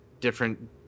different